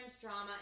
drama